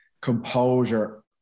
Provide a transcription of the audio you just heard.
composure